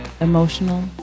emotional